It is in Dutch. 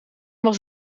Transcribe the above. was